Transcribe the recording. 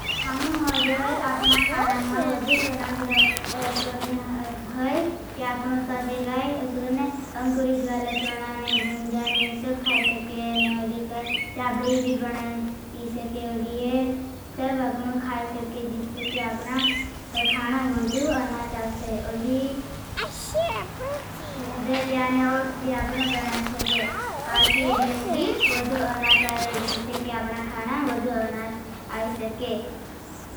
हम अगर अपना खाना मां वद्धू सोनाच करने होई। ते आपनो काजे गाई असकोने अंकुरिज वाला चोणा ने, भूमजा ने ये। सब खाई सके, ने अली काई राबड़ी भी बनाईं पी सके। अली ये सब अपनो खाई सके। जिससे के आपना खानां वद्धू अनाच आ सके।